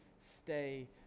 stay